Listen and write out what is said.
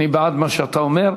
אני בעד מה שאתה אומר.